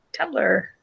Tumblr